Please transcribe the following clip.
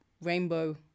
rainbow